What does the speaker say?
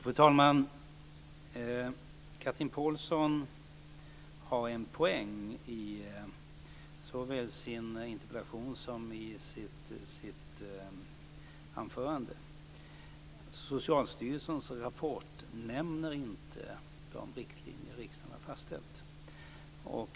Fru talman! Chatrine Pålsson har en poäng i såväl sin interpellation som i sitt anförande. Socialstyrelsens rapport nämner inte de riktlinjer riksdagen har fastställt.